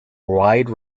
wide